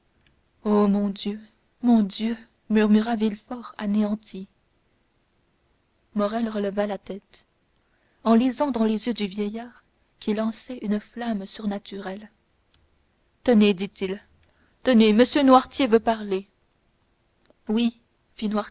mon dieu mon dieu murmura villefort anéanti morrel releva la tête en lisant dans les yeux du vieillard qui lançaient une flamme surnaturelle tenez dit-il tenez m noirtier veut parler oui